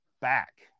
back